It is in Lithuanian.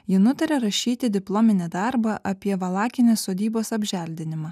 ji nutarė rašyti diplominį darbą apie valakinės sodybos apželdinimą